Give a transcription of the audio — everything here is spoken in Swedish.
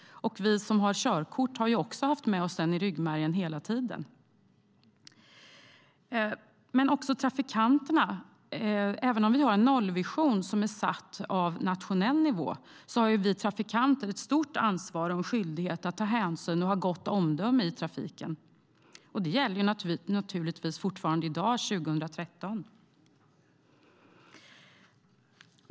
Vi som har körkort har också haft med oss den i ryggmärgen hela tiden. Även om vi har en nollvision som är satt av en nationell nivå har vi trafikanter ett stort ansvar och en skyldighet att ta hänsyn och ha ett gott omdöme i trafiken. Det gäller naturligtvis fortfarande i dag år 2013.